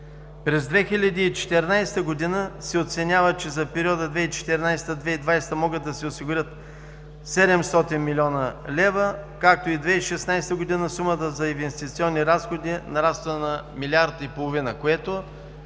През 2014 г. се оценява, че за периода 2014 – 2020 г. могат да се осигурят 700 млн. лв., както и за 2016 г. сумата за инвестиционни разходи нараства на милиард и половина, което